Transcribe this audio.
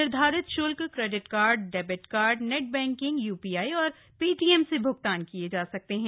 निर्धारित शुल्क credit card डेविड कार्ड नेटबैंकिग यूपीआई और पेटीएम से भुगतान किये जा सकते हैं